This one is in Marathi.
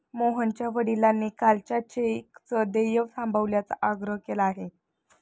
मोहनच्या वडिलांनी कालच्या चेकचं देय थांबवण्याचा आग्रह केला आहे